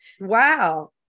Wow